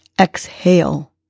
Exhale